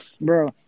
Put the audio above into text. bro